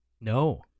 No